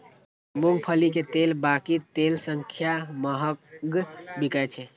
मूंगफली के तेल बाकी तेल सं महग बिकाय छै